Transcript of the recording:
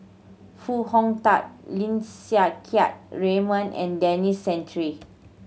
Foo Hong Tatt Lim Siang Keat Raymond and Denis Santry